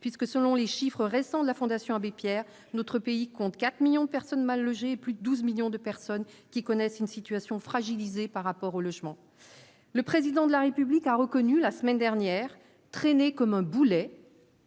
puisque, selon les chiffres récents de la Fondation Abbé Pierre, notre pays compte 4 millions de personnes mal logées, plus 12 millions de personnes qui connaissent une situation fragilisée par rapport au logement, le président de la République a reconnu la semaine dernière, traîner comme un boulet.